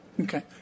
Okay